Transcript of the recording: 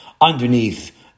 underneath